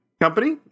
company